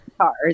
cars